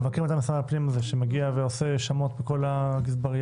המבקר מטעם משרד הפנים שמגיע ועושה שמות בכל הגזברייה,